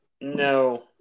No